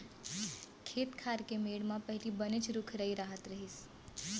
खेत खार के मेढ़ म पहिली बनेच रूख राई रहत रहिस